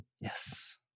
Yes